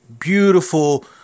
beautiful